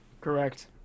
Correct